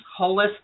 holistic